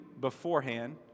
beforehand